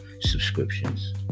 subscriptions